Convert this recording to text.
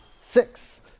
six